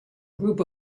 group